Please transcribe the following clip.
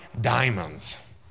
diamonds